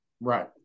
Right